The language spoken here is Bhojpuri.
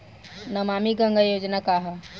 नमामि गंगा योजना का ह?